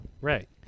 right